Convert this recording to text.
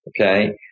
okay